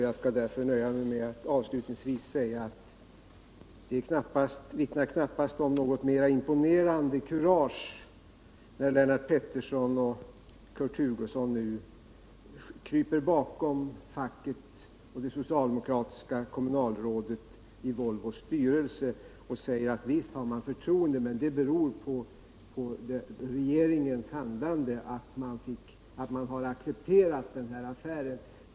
Jag skall därför nöja mig med att avslutningsvis säga att det knappast vittnar om något imponerande kurage när Lennart Pettersson och Kurt Hugosson kryper bakom facket och det socialdemokratiska kommunalrådet i Volvos styrelse och säger: Visst har man förtroende, men det beror på regeringens handlande att facket och kommunalrådet har accepterat den här affären.